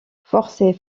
forcez